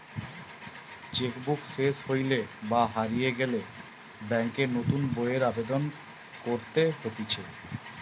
check book সেস হইলে বা হারিয়ে গেলে ব্যাংকে নতুন বইয়ের আবেদন করতে হতিছে